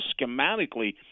schematically